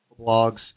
blogs